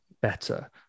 better